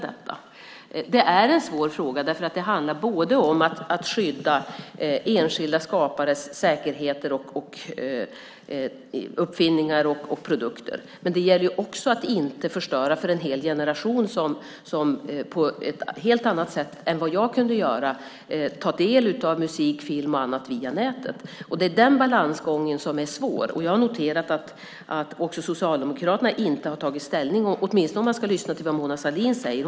Det är en svår fråga, för det handlar om att både skydda enskilda skapares säkerheter, uppfinningar och produkter och om att inte förstöra för en hel generation som på ett helt annat sätt än jag har kunnat ta del av musik, film och annat via nätet. Den balansgången är svår. Jag har noterat att också Socialdemokraterna inte har tagit ställning, åtminstone om man ska lyssna till vad Mona Sahlin säger.